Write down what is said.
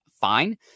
fine